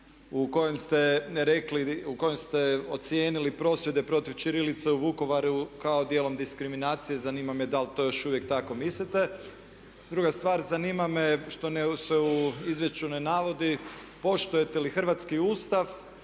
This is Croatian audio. u kojem ste ocijenili prosvjede protiv ćirilice u Vukovaru kao dijelom diskriminacije, zanima me da li to još uvijek tako mislite. Druga stvar, zanima me što se u izvješću ne navodi poštujete li hrvatski Ustav